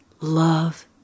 love